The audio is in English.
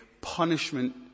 punishment